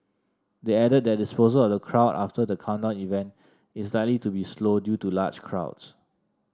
they added that dispersal of the crowd after the countdown event is likely to be slow due to large crowds